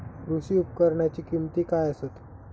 कृषी उपकरणाची किमती काय आसत?